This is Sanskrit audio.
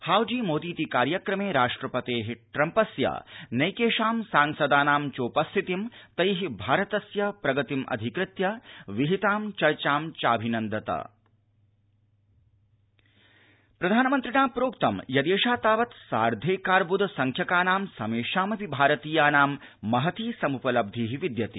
हाउडी मोदीति कार्यक्रमे राष्ट्रपतेष्ट्रम्पस्य नैकेषां सांसदानां चोपस्थितिं तैः भारतस्य प्रगतिमधिकृत्य विहितां चर्चा चाभिनन्दता प्रधानमन्त्रिणा प्रोक्तं यदेषा तावत सार्धैकार्ब्द संख्यकानां समेषामिप भारतीयानां महती सम्पलब्धि विद्यते